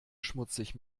schmutzig